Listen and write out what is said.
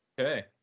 okay